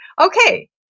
Okay